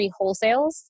wholesales